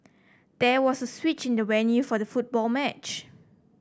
there was a switch in the venue for the football match